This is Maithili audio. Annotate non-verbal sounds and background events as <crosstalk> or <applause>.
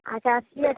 अच्छा <unintelligible>